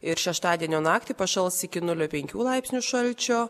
ir šeštadienio naktį pašals iki nulio penkių laipsnių šalčio